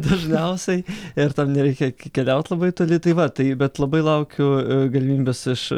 dažniausiai ir tam nereikia keliaut labai toli tai va tai bet labai laukiu galimybės iš